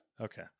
Okay